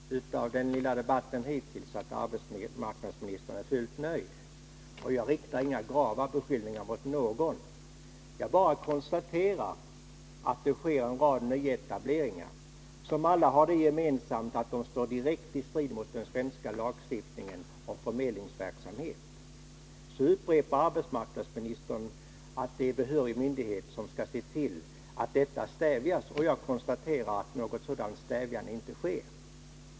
Herr talman! Jag har av den lilla debatt som hittills förts förstått att arbetsmarknadsministern är fullt nöjd. Jag riktar inga grava beskyllningar mot någon. Jag bara konstaterar att det sker en rad nyetableringar som alla har det gemensamt att de står i direkt strid med den svenska lagstiftningen om förmedlingsverksamhet. Nu upprepar arbetsmarknadsministern att det är behörig myndighet som skall se till att detta stävjas, och jag konstaterar att något sådant stävjande inte sker.